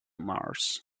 mars